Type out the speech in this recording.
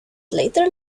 later